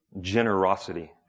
generosity